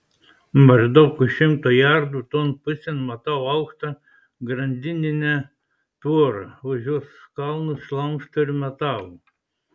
maždaug už šimto jardų ton pusėn matau aukštą grandininę tvorą už jos kalnus šlamšto ir metalo